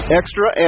extra